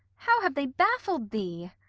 how have they baffl'd thee!